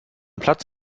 platz